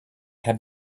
had